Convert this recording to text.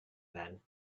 then